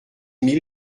mille